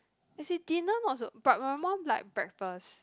as in dinner not so but my mum like breakfast